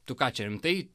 tu ką čia rimtai